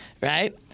right